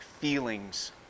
feelings